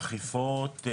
אכיפות,